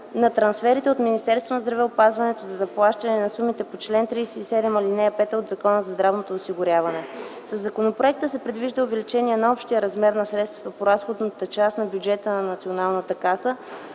на здравеопазването за заплащане на сумите по чл. 37, ал. 5 от Закона за здравното осигуряване. Със законопроекта се предвижда увеличение на общия размер на средствата по разходната част на бюджета на